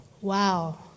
wow